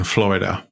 Florida